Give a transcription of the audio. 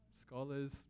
scholars